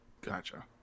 Gotcha